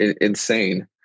insane